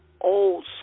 old